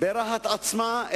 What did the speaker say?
ברהט עצמה,